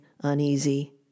uneasy